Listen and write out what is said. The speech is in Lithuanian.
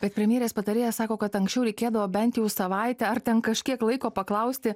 bet premjerės patarėjas sako kad anksčiau reikėdavo bent jau savaitę ar ten kažkiek laiko paklausti